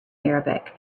arabic